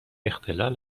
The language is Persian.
اختلال